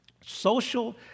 Social